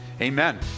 amen